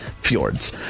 fjords